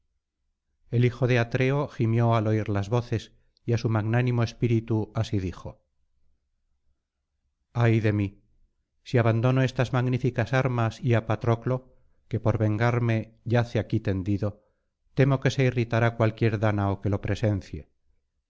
el hijo de atreo gimió al oir las voces y á su magnánimo espíritu así dijo ay de mí si abandono estas magníficas armas y á patroclo que por vengarme yace aquí tendido temo que se irritará cualquier dánao que lo presencie